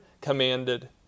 commanded